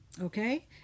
okay